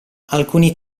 alcuni